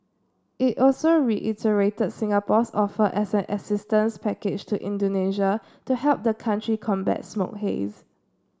it also reiterated Singapore's offer of an assistance package to Indonesia to help the country combat smoke haze